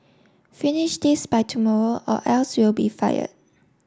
finish this by tomorrow or else you'll be fired